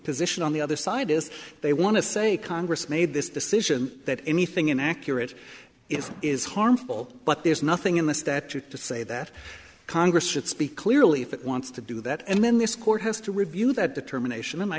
position on the other side is they want to say congress made this decision that anything inaccurate is is harmful but there's nothing in the statute to say that congress should speak clearly if it wants to do that and then this court has to review that determination